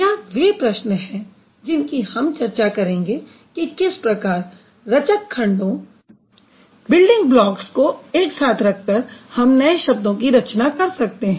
यह वे प्रश्न हैं जिनकी हम चर्चा करेंगे कि किस प्रकार रचक खंडों को एक साथ रखकर हम नए शब्दों की रचना कर सकते हैं